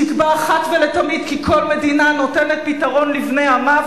שיקבע אחת ולתמיד כי כל מדינה נותנת פתרון לבני עמה,